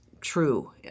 true